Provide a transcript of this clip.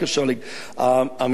המלה "מצורע"